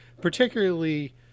particularly